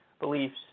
beliefs